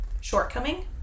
shortcoming